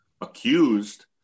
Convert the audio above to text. accused